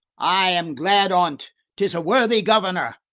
i am glad on't tis a worthy governor.